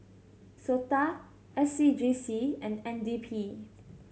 sOTA S C G C and N D P